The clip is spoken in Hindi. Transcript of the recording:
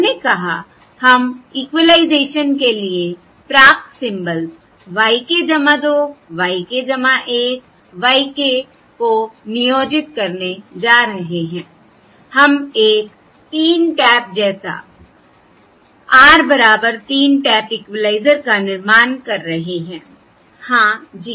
हमने कहा हम इक्विलाइजेशन के लिए प्राप्त symbols y k 2 y k 1 y k को नियोजित करने जा रहे हैं हम एक 3 टैप जैसा R बराबर 3 टैप इक्विलाइजर का निर्माण कर रहे हैं हाँ जी